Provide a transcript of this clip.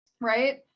Right